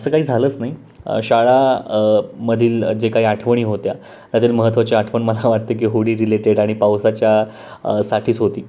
असं काही झालंच नाही शाळा मधील जे काही आठवणी होत्या त्यातील महत्त्वाचे आठवण मला वाटते की होडी रिलेटेड आणि पावसाच्या साठीच होती